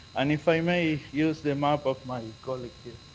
and if i may use the map of my colleague here,